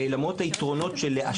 למרות היתרונות שלו,